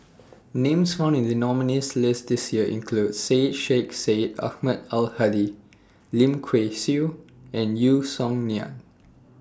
Names found in The nominees' list This Year include Syed Sheikh Syed Ahmad Al Hadi Lim Kay Siu and Yeo Song Nian